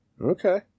Okay